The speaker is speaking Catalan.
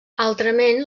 altrament